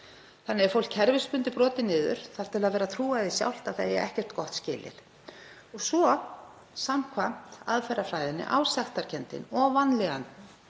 Þannig er fólk kerfisbundið brotið niður þar til það fer að trúa því sjálft að það eigi ekkert gott skilið. Samkvæmt aðferðafræðinni á sektarkenndin og vanlíðanin